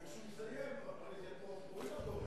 וכשהוא יסיים הרי רואים מה קורה פה, הוא יחזור.